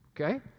okay